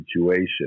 situation